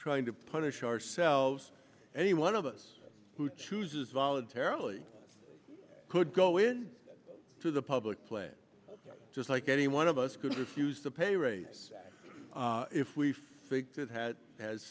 trying to punish ourselves any one of us who chooses voluntarily could go in to the public place just like any one of us could refuse to pay raise if we faked it had has